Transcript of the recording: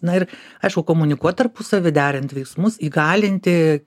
na ir aišku komunikuot tarpusavy derint veiksmus įgalinti